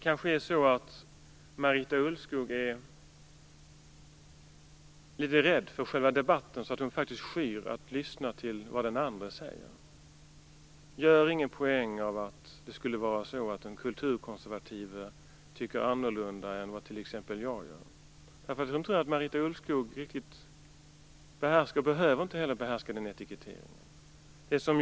Fru talman! Marita Ulvskog kanske är litet rädd för själva debatten och skyr därför att lyssna till vad den andre säger. Gör ingen poäng av att den kulturkonservative skulle tycka annorlunda än vad t.ex. jag gör. Jag tror inte att Marita Ulvskog riktigt behärskar den etiketteringen; det behöver hon inte heller göra.